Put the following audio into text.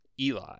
Eli